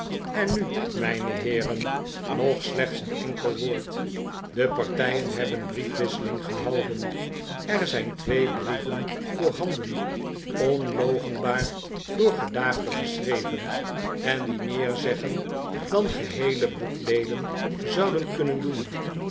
en nu mijne heeren nog slechts een enkel woord de partijen hebben briefwisseling gehouden er zijn twee brieven voorhanden onloochenbaar door gedaagde geschreven en die meer zeggen dan geheele boekdeelen zouden kunnen doen